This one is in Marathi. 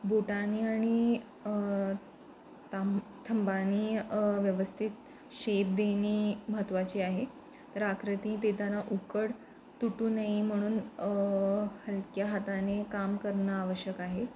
बोटाने आणि ताम थंबानी व्यवस्थित शेप देणे महत्त्वाची आहे तर आकृती देताना उकड तुटू नये म्हणून हलक्या हाताने काम करणं आवश्यक आहे